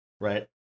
right